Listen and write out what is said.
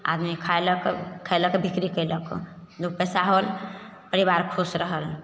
आदमी खएलक खयलक बिक्री कयलक लोक पैसा होएल परिबार खुश रहल